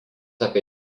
apie